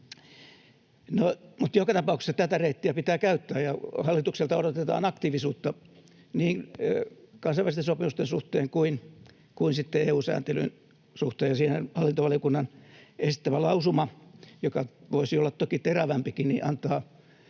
Joka tapauksessa tätä reittiä pitää käyttää, ja hallitukselta odotetaan aktiivisuutta niin kansainvälisten sopimusten suhteen kuin sitten EU-sääntelyn suhteen, ja siihenhän hallintovaliokunnan esittämä lausuma, joka voisi olla toki terävämpikin, antaa